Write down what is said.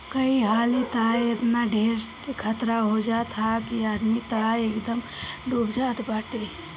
कई हाली तअ एतना ढेर खतरा हो जात हअ कि आदमी तअ एकदमे डूब जात बाटे